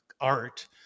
art